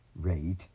rate